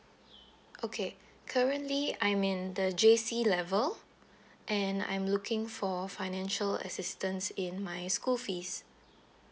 okay currently I'm in the J_C level and I'm looking for financial assistance in my school fees